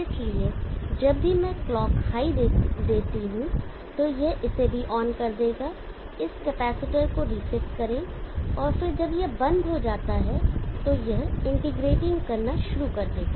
इसलिए जब भी क्लॉक हाई देती है तो यह इसे भी ऑन कर देगा इस कैपेसिटर को रीसेट करें और फिर जब यह बंद हो जाता है तो यह इंटीग्रेटिंग करना शुरू कर देगा